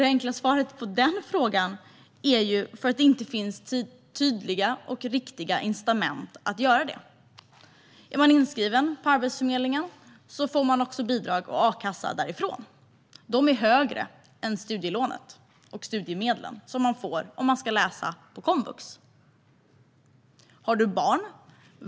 Det enkla svaret är att det inte finns tydliga och riktiga incitament att göra det. Om man är inskriven på Arbetsförmedlingen får man bidrag och a-kassa därifrån. Detta belopp är större än beloppet man får via studielånet och studiemedlen som man får om man ska läsa på komvux.